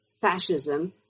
fascism